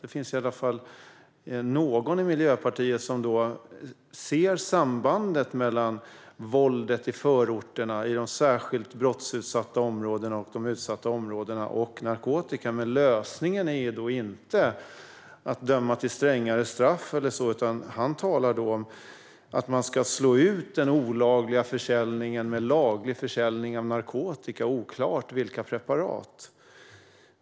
Då finns det i alla fall någon i Miljöpartiet som ser sambandet mellan narkotika och våldet i förorterna, i de särskilt brottsutsatta områdena och de utsatta områdena. Men lösningen ska alltså inte vara att döma till strängare straff eller så, utan han talar om att man ska slå ut den olagliga försäljningen med laglig försäljning av narkotika, oklart vilka preparat.